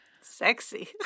Sexy